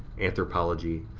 anthropology,